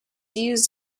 used